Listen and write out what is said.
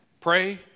pray